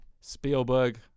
Spielberg